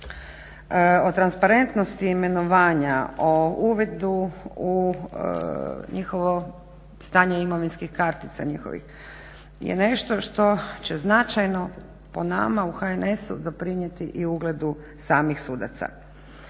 o transparentnosti imenovanja, o uvidu u njihovo stanje imovinskih kartica njihovih je nešto što će značajno po nama u HNS-u doprinijeti i ugledu samih sudaca.